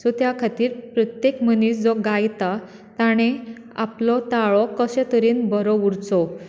so त्या खातीर प्रत्येक मनीस जो गायता तांणे आपलो ताळो कशें तरेन बरो उरचो